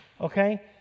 Okay